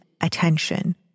attention